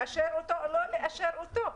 לאשר אותו או לא לאשר אותו.